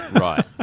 Right